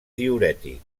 diürètic